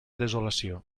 desolació